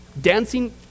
Dancing